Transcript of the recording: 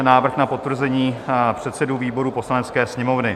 Návrh na potvrzení předsedů výborů Poslanecké sněmovny